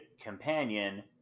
companion